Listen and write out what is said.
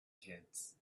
kids